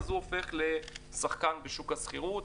אז הוא הופך לשחקן בשוק השכירות.